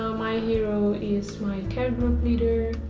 so my hero is my care group leader,